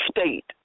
state